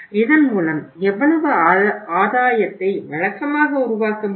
இதன் மூலம் எவ்வளவு ஆதாயத்தை வழக்கமாக உருவாக்க முடியும்